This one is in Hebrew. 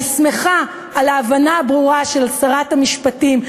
אני שמחה על ההבנה הברורה של שרת המשפטים,